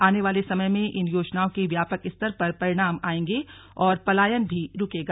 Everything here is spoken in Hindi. आने वाले समय में इन योजनाओं के व्यापक स्तर पर परिणाम आयेंगे और पलायन भी रूकेगा